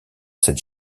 cette